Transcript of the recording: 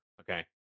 Okay